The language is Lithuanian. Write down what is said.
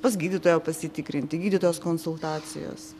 pas gydytoją pasitikrinti gydytojos konsultacijos